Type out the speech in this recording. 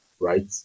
right